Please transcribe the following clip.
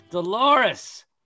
Dolores